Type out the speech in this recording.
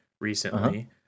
recently